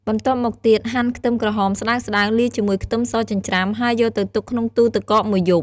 បន្ទាប់មកទៀត ហាន់ខ្ទឹមក្រហមស្តើងៗលាយជាមួយខ្ទឹមសចិញ្ច្រាំ ហើយយកទៅទុកក្នុងទូរទឹកកកមួយយប់។